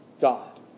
God